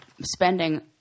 spending